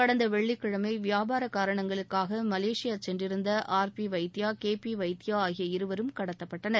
கடந்த வெள்ளிக்கிழமை வியாபாரம் காரணங்களுக்காக மலேசியா சென்றிருந்த R P Vaidya K P Vaidya ஆகிய இருவரும் கடத்தப்பட்டனர்